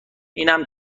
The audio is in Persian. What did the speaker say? اینم